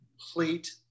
complete